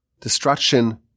destruction